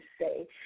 say